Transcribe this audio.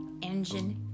Engine